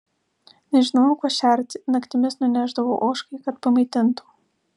nežinojau kuo šerti naktimis nunešdavau ožkai kad pamaitintų